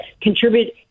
contribute